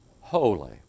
holy